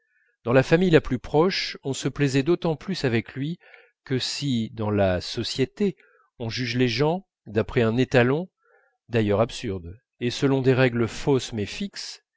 dans la famille la plus proche on se plaisait d'autant plus avec lui que si dans la société on juge les gens d'après un étalon d'ailleurs absurde et selon des règles fausses mais fixes